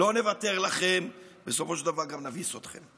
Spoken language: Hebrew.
לא נוותר לכם, ובסופו של דבר גם נביס אתכם.